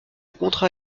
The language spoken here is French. contrat